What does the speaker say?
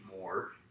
more